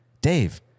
Dave